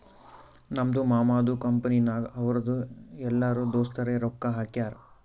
ನಮ್ದು ಮಾಮದು ಕಂಪನಿನಾಗ್ ಅವ್ರದು ಎಲ್ಲರೂ ದೋಸ್ತರೆ ರೊಕ್ಕಾ ಹಾಕ್ಯಾರ್